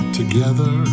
together